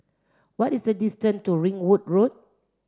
what is the distant to Ringwood Road